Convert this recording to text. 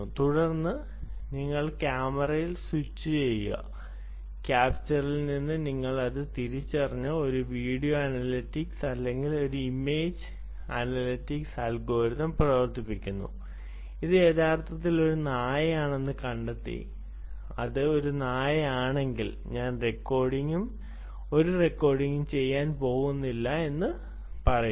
തുടർന്ന് നിങ്ങൾ ക്യാമറയിൽ സ്വിച്ചുചെയ്യുക ക്യാപ്ചറിൽ നിന്ന് നിങ്ങൾ അത് തിരിച്ചറിഞ്ഞ് ഒരു വീഡിയോ അനലിറ്റിക്സ് അല്ലെങ്കിൽ ഒരു ഇമേജ് അനലിറ്റിക്സ് അൽഗോരിതം പ്രവർത്തിപ്പിക്കുന്നു അത് യഥാർത്ഥത്തിൽ ഒരു നായയാണെന്ന് കണ്ടെത്തി അത് ഒരു നായയാണെങ്കിൽ ഞാൻ ഒരു റെക്കോർഡിംഗും ചെയ്യാൻ പോകുന്നില്ലെന്ന് പറയുക